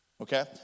Okay